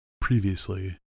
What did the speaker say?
previously